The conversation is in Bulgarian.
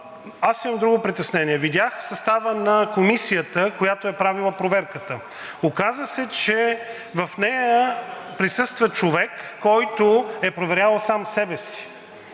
Аз имам друго притеснение – видях състава на комисията, която е правила проверката. Оказа се, че в нея присъства човек, който е проверявал сам себе си.